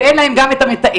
ואין להם גם את המתאם.